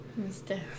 Mr